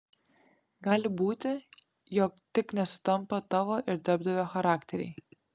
gali būti jog tik nesutampa tavo ir darbdavio charakteriai